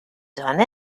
done